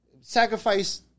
sacrifice